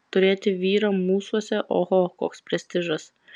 turėti vyrą mūsuose oho koks prestižas